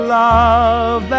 love